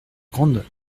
grande